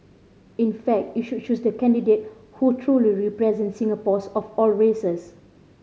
in fact you should choose the candidate who truly represents Singaporeans of all races